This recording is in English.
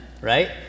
right